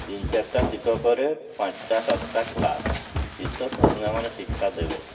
ତିନି ଚାରିଟା ଶିକ୍ଷକରେ ପାଞ୍ଚଟା ସାତଟା କ୍ଲାସ୍ କିସ ମାନେ ଶିକ୍ଷା ଦେବେ